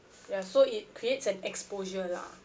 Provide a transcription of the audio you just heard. ya so it creates an exposure lah